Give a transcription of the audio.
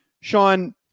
Sean